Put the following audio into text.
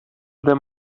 the